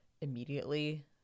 immediately